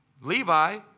Levi